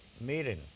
meeting